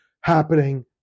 happening